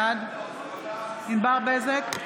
בעד ענבר בזק,